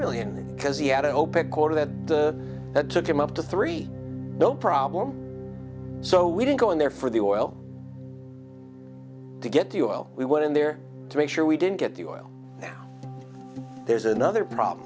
million because he had an opec quota that the that took him up to three no problem so we didn't go in there for the oil to get the oil we want in there to make sure we didn't get the oil there's another problem